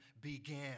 began